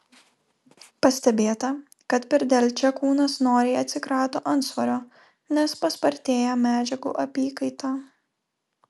pastebėta kad per delčią kūnas noriai atsikrato antsvorio nes paspartėja medžiagų apykaita